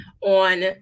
on